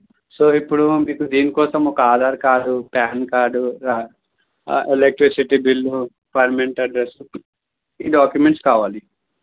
so ఇప్పుడు మీకు దీని కోసం ఒక Aadhaar card PAN card electricity bill permanent address ఈ డాక్యుమెంట్స్ కావాలి